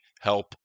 help